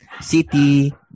city